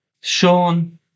Sean